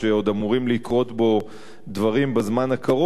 אמורים לקרות בו דברים בזמן הקרוב,